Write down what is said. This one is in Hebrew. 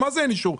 מה זה אין אישור?